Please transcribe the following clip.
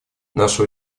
наше